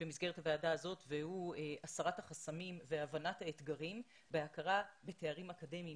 במסגרת הוועדה הזו והוא הסרת החסמים והבנת האתגרים בהכרה בתארים אקדמיים